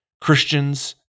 Christians